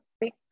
big